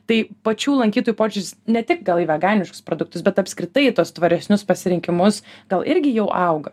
tai pačių lankytojų požiūris ne tik gal į veganiškus produktus bet apskritai į tuos tvaresnius pasirinkimus gal irgi jau auga